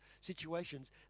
situations